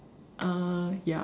uh ya